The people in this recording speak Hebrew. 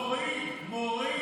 מוריד, מוריד